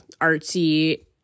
artsy